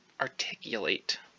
articulate